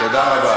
תודה רבה.